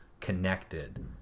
connected